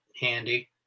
handy